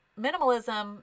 Minimalism